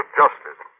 justice